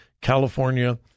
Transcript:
California